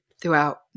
throughout